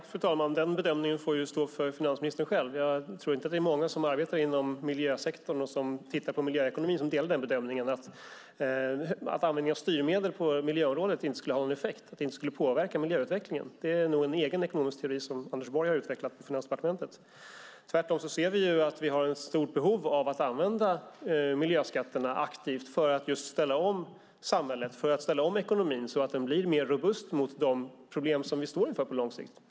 Fru talman! Den bedömningen får stå för finansministern själv. Jag tror inte att det är många som arbetar inom miljösektorn och som tittar på miljöekonomi som delar bedömningen att användningen av styrmedel på miljöområdet inte skulle ha någon effekt, inte skulle påverka miljöutvecklingen. Det är nog en egen ekonomisk devis som Anders Borg har utvecklat på Finansdepartementet. Tvärtom ser vi att vi har ett stort behov av att använda miljöskatterna aktivt för att just ställa om samhället, för att ställa om ekonomin så att den blir mer robust mot de problem som vi står inför på lång sikt.